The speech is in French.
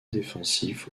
défensif